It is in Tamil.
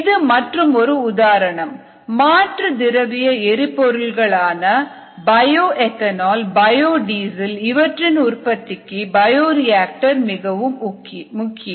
இது மற்றுமொரு உதாரணம் மாற்று திரவிய எரிபொருள்களான பயோஎத்தனால் பயோடீசல் இவற்றின் உற்பத்திக்கு பயோரியாக்டர் மிகவும் முக்கியம்